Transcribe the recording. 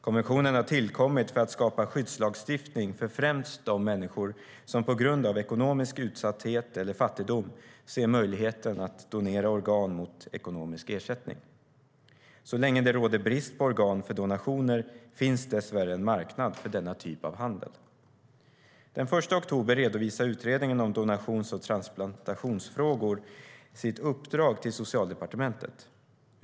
Konventionen har tillkommit för att skapa skyddslagstiftning för främst de människor som på grund av ekonomisk utsatthet eller fattigdom ser möjligheten att donera organ mot ekonomisk ersättning. Så länge det råder brist på organ för donationer finns dessvärre en marknad för denna typ av handel. Den 1 oktober redovisar Utredningen om donations och transplantationsfrågor sitt uppdrag till Socialdepartementet.